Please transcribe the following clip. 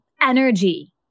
energy